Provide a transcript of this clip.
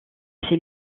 ses